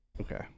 Okay